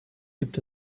gibt